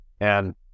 And-